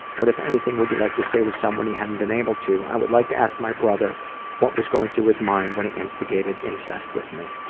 what, if anything, would you like to say to someone you haven't been able to? i would like to ask my brother what was going through his mind when he instigated incest with me.